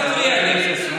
אתה, אל תפריע לי.